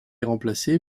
remplacé